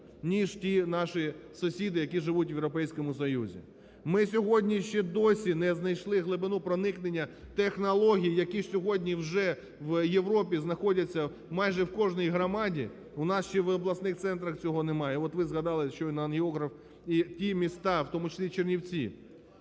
ніж ті наші сусіди, які живуть в Європейському Союзі. Ми сьогодні ще досі не знайшли глибину проникнення технологій, які сьогодні вже в Європі знаходяться майже в кожній громаді, у нас ще в обласних центрах цього немає. От, ви згадали щойно ангіограф і ті міста, в тому числі Чернівці,